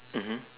mmhmm